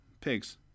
Pigs